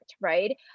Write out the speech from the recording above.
right